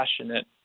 passionate